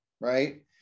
right